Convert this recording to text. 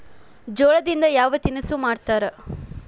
ಜೋಳದಿಂದ ಯಾವ ತಿನಸು ಮಾಡತಾರ?